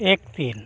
ᱮᱠ ᱛᱤᱱ